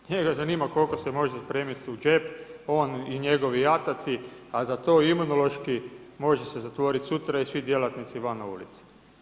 Njega zanima koliko se može spremiti u džep, on i njegovi ataci, a za to Imunološki, može se zatvoriti sutra i svi djelatnici van na ulicu.